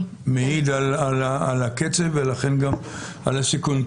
מעיד על הקצב, ולכן גם על הסיכון.